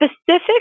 specific